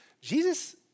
Jesus